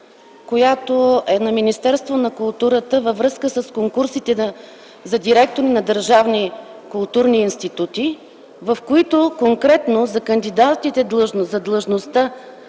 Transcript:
която е на Министерство на културата, във връзка с конкурсите за директори на държавни културни институти, в която конкретно за кандидатите за длъжността